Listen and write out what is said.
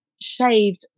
shaved